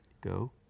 Go